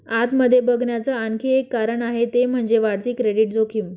आत मध्ये बघण्याच आणखी एक कारण आहे ते म्हणजे, वाढती क्रेडिट जोखीम